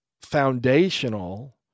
foundational